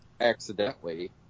accidentally